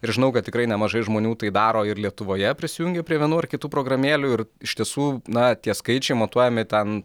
ir žinau kad tikrai nemažai žmonių tai daro ir lietuvoje prisijungia prie vienų ar kitų programėlių ir iš tiesų na tie skaičiai matuojami ten